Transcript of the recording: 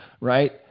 Right